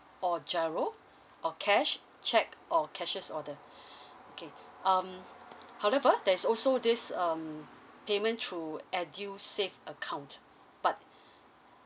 or giro or cash check or cashiers or the okay um however there's also this um payment through edusave account but